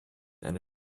eine